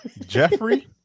Jeffrey